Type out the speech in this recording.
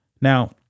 Now